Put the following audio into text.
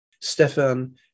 Stefan